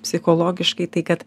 psichologiškai tai kad